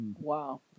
Wow